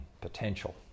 potential